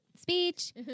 Speech